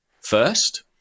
first